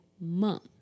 month